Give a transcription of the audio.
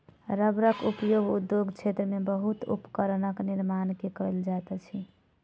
रबड़क उपयोग उद्योग क्षेत्र में बहुत उपकरणक निर्माण में कयल जाइत अछि